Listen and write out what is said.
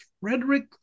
Frederick